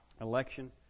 Election